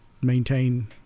maintain